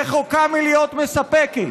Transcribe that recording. רחוקה להיות מספקת.